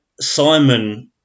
Simon